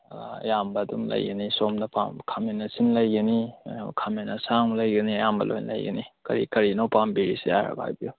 ꯑꯌꯥꯝꯕ ꯑꯗꯨꯝ ꯂꯩꯒꯅꯤ ꯁꯣꯝꯅ ꯄꯥꯝꯕ ꯈꯥꯃꯦꯟ ꯑꯁꯤꯟ ꯂꯩꯒꯅꯤ ꯈꯥꯃꯦꯟ ꯑꯁꯥꯡꯕ ꯂꯩꯒꯅꯤ ꯑꯌꯥꯝꯕ ꯂꯣꯏꯅ ꯂꯩꯒꯅꯤ ꯀꯔꯤ ꯀꯔꯤꯅꯣ ꯄꯥꯝꯕꯤꯔꯤꯁꯦ ꯍꯥꯏꯕꯤꯌꯣ